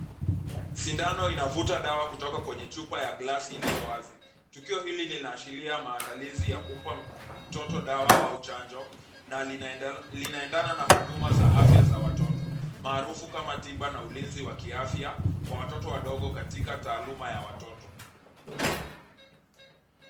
Sindano inavuta dawa kutoka kwenye chupa ya glasi iliyo wazi. Tukio hili linaashiria maandalizi ya kumpa mtoto dawa au chanjo na linaendana na huduma za afya za watoto maarufu kama tiba na ulinzi wa kiafya kwa watoto wadogo katika taaluma ya watoto.